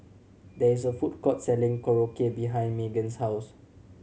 there is a food court selling Korokke behind Meagan's house